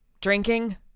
Drinking